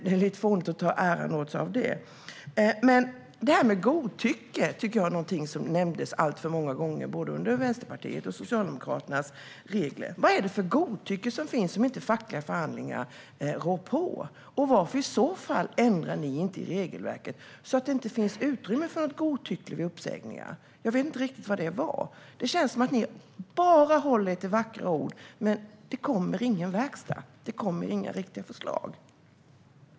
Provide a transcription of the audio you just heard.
Det är lite fånigt att ta äran åt sig av det. Godtycke är någonting som nämndes alltför många gånger av både Vänsterpartiet och Socialdemokraterna. Vad är det för godtycke som finns som inte fackliga förhandlingar rår på? Varför ändrar ni i så fall inte i regelverket så att det inte finns utrymme för något godtycke vid uppsägningar? Jag vet inte riktigt vad det var. Det känns som att ni bara håller er till vackra ord. Men det kommer ingen verkstad. Det kommer inga riktiga förslag.